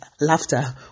laughter